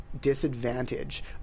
disadvantage